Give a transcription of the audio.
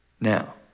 Now